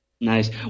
Nice